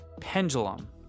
Pendulum